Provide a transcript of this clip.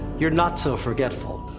you're not so forgetful.